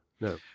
no